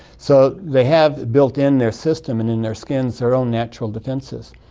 so they have built in their systems and in their skins their own natural defences.